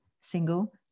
single